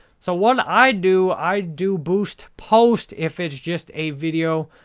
so, what i do, i do boost post if it's just a video,